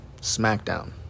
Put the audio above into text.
SmackDown